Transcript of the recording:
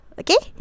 okay